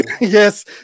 Yes